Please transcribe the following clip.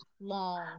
long